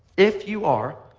if you are.